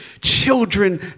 children